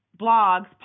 blogs